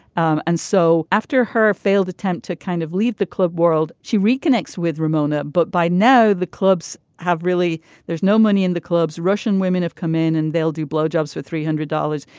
um and so after her failed attempt to kind of leave the club world she reconnects with ramona. but by now the clubs have really there's no money in the clubs russian women have come in and they'll do blowjobs for three hundred dollars.